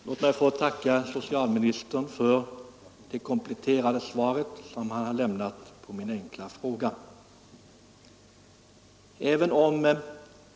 Herr talman! Låt mig få tacka socialministern för det kompletterande svar som han har lämnat på min enkla fråga.